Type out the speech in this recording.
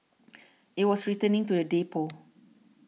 it was returning to the depot